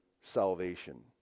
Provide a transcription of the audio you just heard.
salvation